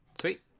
Sweet